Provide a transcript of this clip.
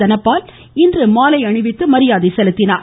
தனபால் இன்று மாலை அணிவித்து மரியாதை செலுத்தினார்